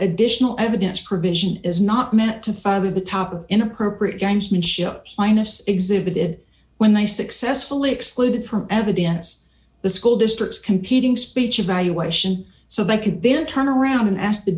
additional evidence provision is not meant to further the top of inappropriate gamesmanship slyness exhibited when they successfully excluded from evidence the school district's competing speech of valuation so they could then turn around and ask the